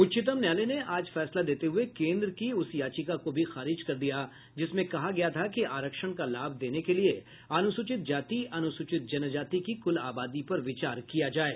उच्चतम न्यायालय ने आज फैसला देते हुए केन्द्र की उस याचिका को भी खारिज कर दिया जिसमें कहा गया था कि आरक्षण का लाभ देने के लिये अनुसूचित जाति अनुसूचित जनजाति की कुल आबादी पर विचार किया जाये